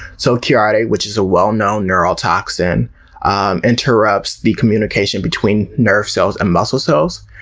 so, curare, which is a well-known neurotoxin um interrupts the communication between nerve cells and muscle cells,